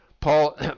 Paul